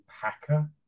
Packer